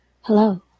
Hello